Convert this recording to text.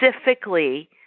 specifically